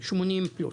80 אלף פלוס.